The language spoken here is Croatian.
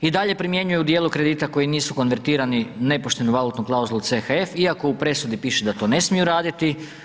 I dalje primjenjuju u dijelu kredita koji nisu konventirani nepoštenu valutnu klauzulu CHF iako u presudi piše da to ne smiju raditi.